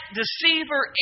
deceiver